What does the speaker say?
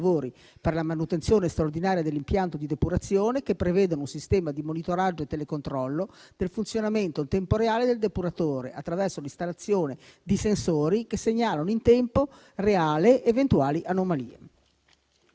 per la manutenzione straordinaria dell'impianto di depurazione, che prevedono un sistema di monitoraggio e telecontrollo del funzionamento in tempo reale del depuratore, attraverso l'installazione di sensori che segnalano in tempo reale eventuali anomalie.